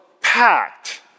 packed